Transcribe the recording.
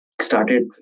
Started